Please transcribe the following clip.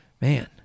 man